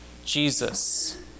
Jesus